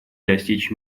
достичь